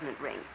ring